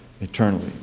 eternally